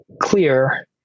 clear